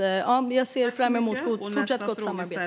Jag ser alltså fram emot ett fortsatt gott samarbete.